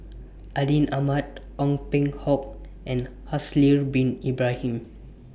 Atin Amat Ong Peng Hock and Haslir Bin Ibrahim